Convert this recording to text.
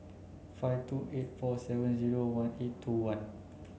five two eight four seven zero one eight two one